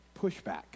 pushback